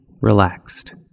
Relaxed